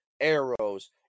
arrows